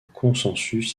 consensus